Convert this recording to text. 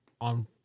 on